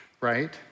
right